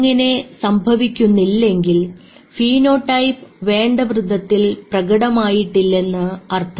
അങ്ങനെ സംഭവിക്കുന്നില്ലെങ്കിൽ ഫീനോടൈപ്പ് വേണ്ടവിധത്തിൽ പ്രകടമായിട്ടില്ലെന്ന് അർത്ഥം